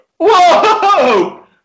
Whoa